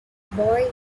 boy